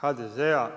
HDZ-a